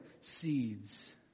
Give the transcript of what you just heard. seeds